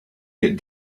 get